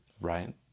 right